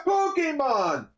Pokemon